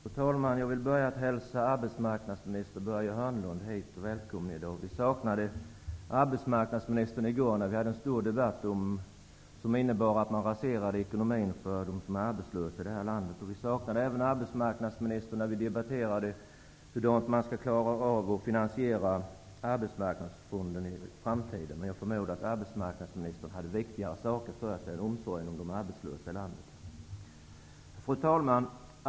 Fru talman! Jag vill börja med att hälsa arbetsmarknadsminister Börje Hörnlund välkommen hit. Vi saknade arbetsmarknadsministern i går, när vi hade en stor debatt om förslag som innebär att man raserar ekonomin för de arbetslösa i detta land. Vi saknade arbetsmarknadsministern även när vi debatterade hur man i framtiden skall finansiera arbetsmarknadsfonden. Men jag förmodar att arbetsmarknadsministern hade viktigare saker för sig än omsorgen om de arbetslösa i landet. Fru talman!